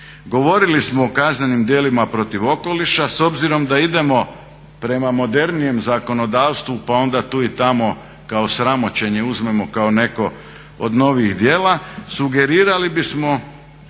Govorili smo o kaznenim djelima protiv okoliša, s obzirom da idemo prema modernijem zakonodavstvu pa onda tu i tamo kao sramoćenje uzmemo kao neko od novih djela, sugerirali bismo,